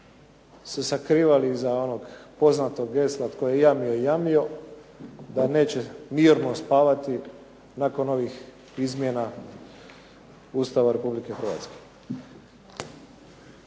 se sakrivali iza onog poznatog gesla tko je jamio, je jamio, da neće mirno spavati nakon ovih izmjena Ustava Republike Hrvatske.